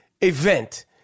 event